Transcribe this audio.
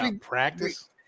practice